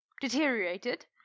Deteriorated